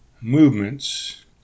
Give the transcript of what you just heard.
movements